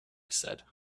said